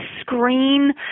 screen